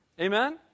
Amen